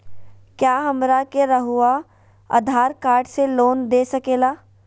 क्या हमरा के रहुआ आधार कार्ड से लोन दे सकेला?